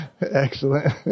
Excellent